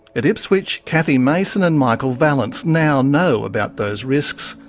at ipswich cathy mason and michael vallance now know about those risks,